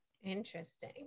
interesting